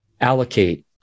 allocate